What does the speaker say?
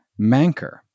Manker